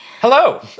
Hello